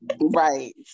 right